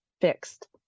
fixed